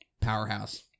powerhouse